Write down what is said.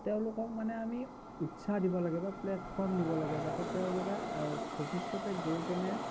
তেওঁলোকক মানে আমি উৎসাহ দিব লাগে বা প্লেটফৰ্ম দিব লাগে যাতে তেওঁলোকে ভৱিষ্যতে গৈ কিনে